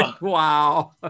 Wow